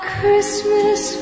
Christmas